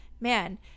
man